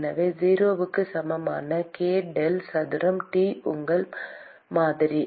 எனவே 0 க்கு சமமான k டெல் சதுரம் T உங்கள் மாதிரி